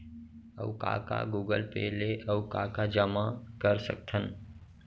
अऊ का का गूगल पे ले अऊ का का जामा कर सकथन?